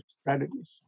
strategies